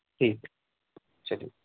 ٹھیک ہے چلیے